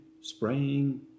spraying